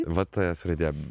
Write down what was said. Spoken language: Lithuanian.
va ta es raidė